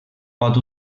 pot